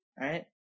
Right